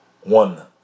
one